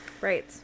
Right